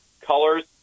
colors